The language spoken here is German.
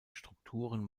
strukturen